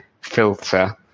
filter